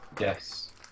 Yes